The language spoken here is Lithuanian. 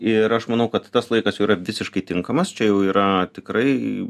ir aš manau kad tas laikas jau yra visiškai tinkamas čia jau yra tikrai